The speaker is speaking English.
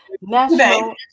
National